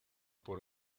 por